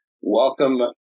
Welcome